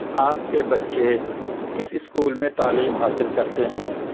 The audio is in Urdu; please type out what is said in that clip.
آپ کے بچے کس اسکول میں تعلیم حاصل کرتے ہیں